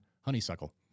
honeysuckle